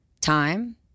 Time